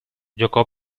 giocò